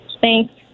Thanks